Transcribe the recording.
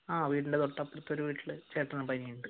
ആഹ് വീടിൻ്റെ തൊട്ട് അപ്പുറത്ത് ഒരു വീട്ടിൽ ചേട്ടന് പനി ഉണ്ട്